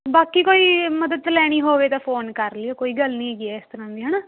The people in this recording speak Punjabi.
ਬਾਕੀ ਕੋਈ ਮਦਦ ਲੈਣੀ ਹੋਵੇ ਤਾਂ ਫੋਨ ਕਰ ਲਿਓ ਕੋਈ ਗੱਲ ਨਹੀਂ ਹੈਗੀ ਇਸ ਤਰ੍ਹਾਂ ਦੀ ਹੈ ਨਾ